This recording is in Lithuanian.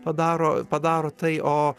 padaro padaro tai o